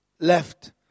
Left